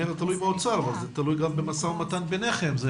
אבל זה גם תלוי במשא ומתן ביניכם.